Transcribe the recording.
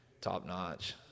top-notch